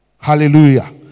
Hallelujah